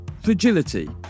Fragility